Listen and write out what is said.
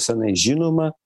senai žinoma